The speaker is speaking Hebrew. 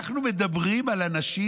אנחנו מדברים על אנשים